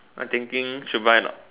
I thinking should buy a not